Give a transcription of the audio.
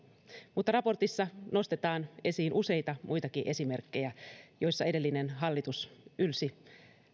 mutta raportissa nostetaan esiin useita muitakin esimerkkejä joissa edellinen hallitus ylsi